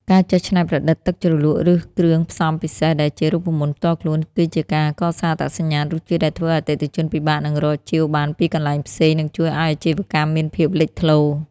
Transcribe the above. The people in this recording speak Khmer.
ការចេះច្នៃប្រឌិតទឹកជ្រលក់ ឬគ្រឿងផ្សំពិសេសដែលជារូបមន្តផ្ទាល់ខ្លួន គឺជាការកសាងអត្តសញ្ញាណរសជាតិដែលធ្វើឱ្យអតិថិជនពិបាកនឹងរកជាវបានពីកន្លែងផ្សេង និងជួយឱ្យអាជីវកម្មមានភាពលេចធ្លោ។